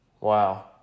Wow